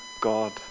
God